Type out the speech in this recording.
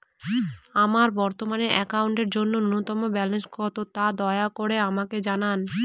আমার বর্তমান অ্যাকাউন্টের জন্য ন্যূনতম ব্যালেন্স কত, তা দয়া করে আমাকে জানান